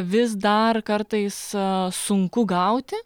vis dar kartais sunku gauti